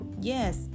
Yes